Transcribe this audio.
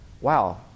Wow